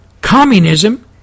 Communism